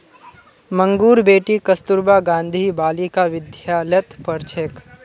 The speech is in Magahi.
मंगूर बेटी कस्तूरबा गांधी बालिका विद्यालयत पढ़ छेक